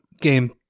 game